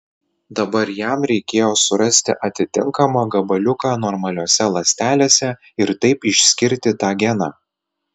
dabar jam reikėjo surasti atitinkamą gabaliuką normaliose ląstelėse ir taip išskirti tą geną